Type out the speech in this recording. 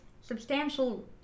substantial